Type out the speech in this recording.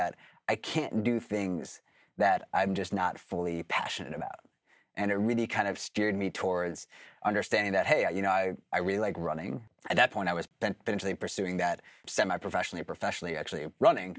that i can't do things that i'm just not fully passionate about and it really kind of steered me towards understanding that hey you know i i really like running at that point i was bent into the pursuing that semiprofessionally professionally actually running